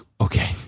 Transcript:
okay